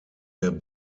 der